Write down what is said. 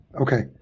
Okay